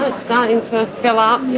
starting to fill ah up,